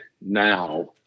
now